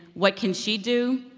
what can she do?